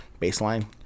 baseline